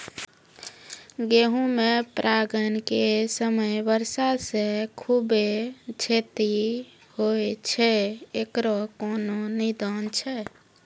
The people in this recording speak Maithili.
गेहूँ मे परागण के समय वर्षा से खुबे क्षति होय छैय इकरो कोनो निदान छै?